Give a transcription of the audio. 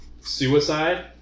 suicide